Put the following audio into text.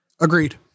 Agreed